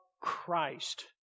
Christ